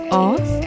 off